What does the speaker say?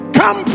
come